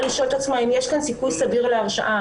לשאול את עצמה אם יש כאן סיכוי סביר להרשעה,